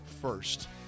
first